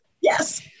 Yes